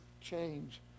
change